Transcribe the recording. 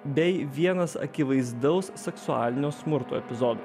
bei vienas akivaizdaus seksualinio smurto epizodų